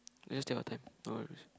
just take your time no worries